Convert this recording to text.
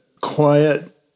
quiet